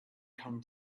come